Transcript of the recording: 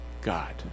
God